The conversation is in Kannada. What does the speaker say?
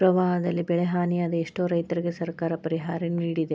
ಪ್ರವಾಹದಲ್ಲಿ ಬೆಳೆಹಾನಿಯಾದ ಎಷ್ಟೋ ರೈತರಿಗೆ ಸರ್ಕಾರ ಪರಿಹಾರ ನಿಡಿದೆ